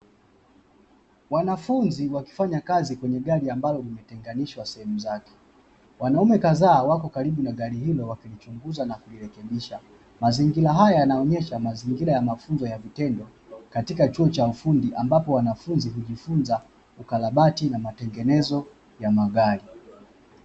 Wanafunzi wakifanya kazi kwenye gari ambalo limetenganishwa sehemu zake wanaume kadhaa wapo kalibu na gari hilo wakilichunguza na kulirekebisha, mazingira haya yanaonesha mazingira ya mafunzo ya vitendo katika chuo cha ufundi ambapo wanafunzi hujifunza ukarabati na matengenezo ya magari.